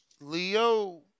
Leo